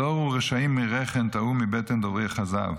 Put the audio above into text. זֹרו רשעים מרחם תעו מבטן דֹברי כזב.